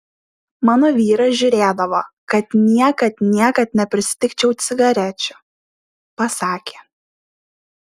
mano vyras žiūrėdavo kad niekad niekad nepristigčiau cigarečių pasakė